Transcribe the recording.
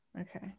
okay